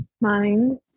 Mind